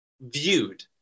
viewed